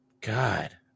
God